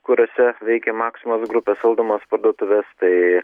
kuriose veikia maksimos grupės valdomos parduotuvės tai